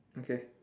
okay